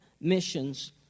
missions